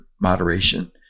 moderation